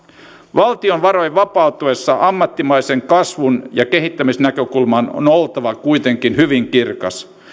valtion varojen vapautuessa ammattimaisen kasvun ja kehittämisen näkökulman on oltava kuitenkin hyvin kirkas